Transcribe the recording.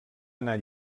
anar